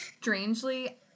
strangely